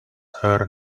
her